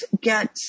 get